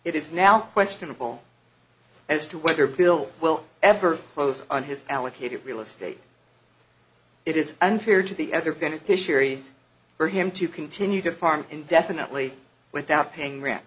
it is now questionable as to whether bill will ever close on his allocated real estate it is unfair to the other beneficiaries for him to continue to farm indefinitely without paying rent